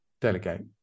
delegate